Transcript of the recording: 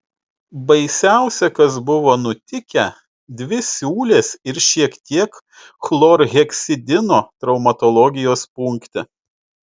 baisiausia kas buvo nutikę dvi siūlės ir šiek tiek chlorheksidino traumatologijos punkte